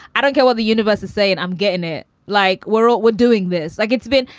i don't care what the universe is, say, and i'm getting it like we're all we're doing this like it's been.